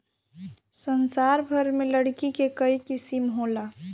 संसार भर में लकड़ी के कई किसिम होला